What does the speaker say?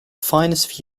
finest